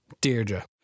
Deirdre